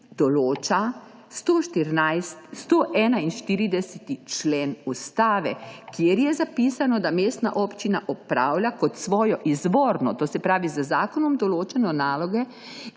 določa 141. člen Ustave, kjer je zapisano, da mestna občina opravlja kot svojo izvorno, to se pravi z zakonom določeno nalogo,